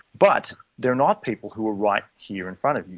but they are not people who are right here in front of you,